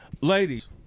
Ladies